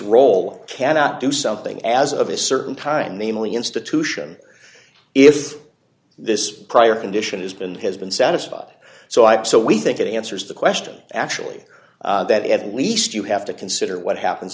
role cannot do something as of a certain time namely institution if this prior condition has been has been satisfied so i so we think it answers the question actually that at least you have to consider what happens